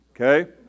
Okay